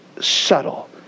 subtle